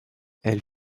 elle